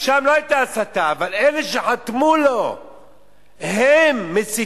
אז שם לא היתה הסתה, אבל אלה שחתמו לו הם מסיתים